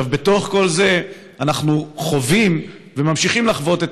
בתוך כל זה אנחנו חווים וממשיכים לחוות את